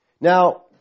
Now